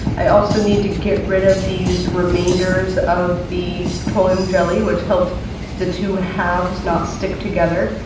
i also need to get rid of these remainders of the petroleum jelly, which helped the two halves not stick together.